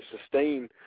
sustain